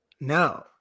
No